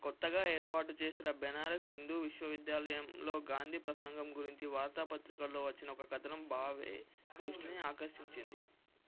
కొత్తగా ఏర్పాటు చేసిన బెనారస్ హిందూ విశ్వవిద్యాలయంలో గాంధీ ప్రసంగం గురించి వార్తాపత్రికల్లో వచ్చిన ఒక కథనం భావే దృష్టిని ఆకర్షించింది